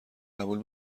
قبول